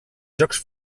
jocs